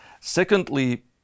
Secondly